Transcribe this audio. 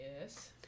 Yes